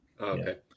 okay